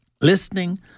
listening